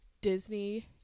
Disney